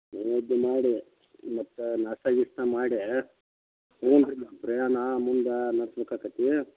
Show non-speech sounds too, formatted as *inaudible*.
ಎಲ್ಲಡ ಮಾಡಿ ಮತ್ತು ನಾಷ್ಟ ಗೀಷ್ಟ್ನ ಮಾಡೇ *unintelligible* ಪ್ರಯಾಣ ಮುಂದು ಮತ್ತು ಮುಕ್ಕಕತ್ತಿ